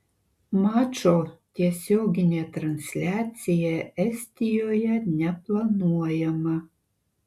mačo tiesioginė transliacija estijoje neplanuojama